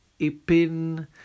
Ipin